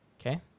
Okay